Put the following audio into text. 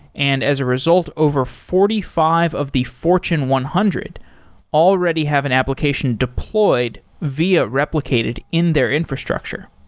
and as a result, over forty five of the fortune one hundred already have an application deployed via replicated in their infrastructure.